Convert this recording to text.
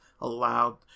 allowed